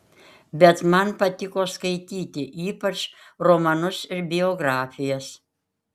bet man patiko skaityti ypač romanus ir biografijas